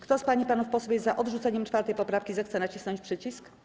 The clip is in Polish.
Kto z pań i panów posłów jest za odrzuceniem 4. poprawki, zechce nacisnąć przycisk.